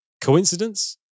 Coincidence